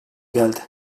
geldi